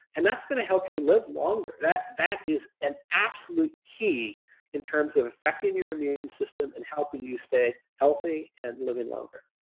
and that's going to help you live longer. that that is an absolute key in terms of affecting your immune system and helping you stay healthy and living longer.